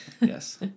yes